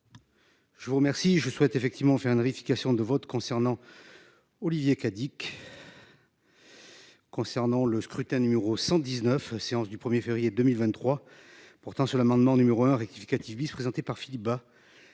Je vous remercie. Je souhaite effectivement fait hein de réification de vote concernant. Olivier Cadic. Concernant le scrutin numéro 119 séance du 1er février 2023. Pourtant, sur l'amendement numéro un rectificatif bis présenté par Philippe Bas.